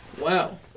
Wow